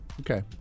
Okay